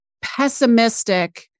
pessimistic